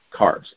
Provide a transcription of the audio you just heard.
carbs